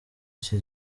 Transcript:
iki